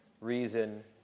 reason